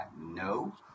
No